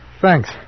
thanks